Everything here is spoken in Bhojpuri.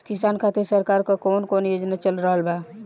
किसान खातिर सरकार क कवन कवन योजना चल रहल बा?